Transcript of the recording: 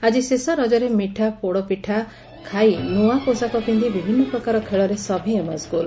ଆକି ଶେଷ ରଜରେ ମିଠା ପୋଡ଼ପିଠା ଖାଇ ନୃଆ ପୋଷାକ ପି ବିଭିନ୍ମ ପ୍ରକାର ଖେଳରେ ସଭିଏଁ ମସଗୁଲ